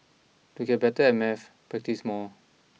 to get better at maths practise more